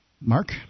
Mark